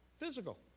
physical